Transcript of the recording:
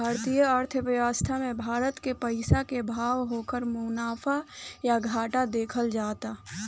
भारतीय अर्थव्यवस्था मे भारत के पइसा के भाव, ओकर मुनाफा या घाटा देखल जाता